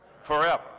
Forever